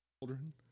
children